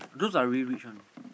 those are really rich one